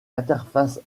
interface